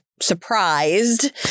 surprised